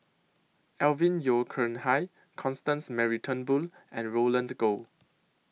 Alvin Yeo Khirn Hai Constance Mary Turnbull and Roland Goh